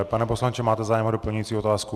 Pane poslanče, máte zájem o doplňující otázku?